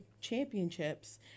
Championships